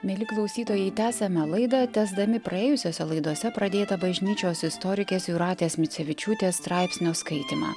mieli klausytojai tęsiame laidą tęsdami praėjusiose laidose pradėtą bažnyčios istorikės jūratės micevičiūtės straipsnio skaitymą